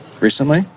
Recently